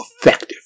effective